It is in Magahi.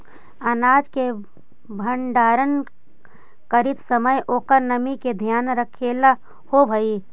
अनाज के भण्डारण करीत समय ओकर नमी के ध्यान रखेला होवऽ हई